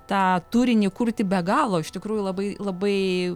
tą turinį kurti be galo iš tikrųjų labai labai